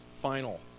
final